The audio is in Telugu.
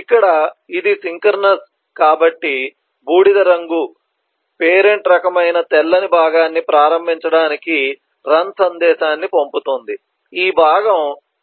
ఇక్కడ ఇది సింక్రోనస్ కాబట్టి బూడిద రంగు పేరెంట్ రకమైన తెల్లని భాగాన్ని ప్రారంభించడానికి రన్ సందేశాన్ని పంపుతుంది ఈ భాగం